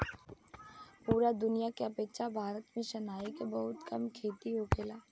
पूरा दुनिया के अपेक्षा भारत में सनई के बहुत कम खेती होखेला